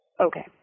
Okay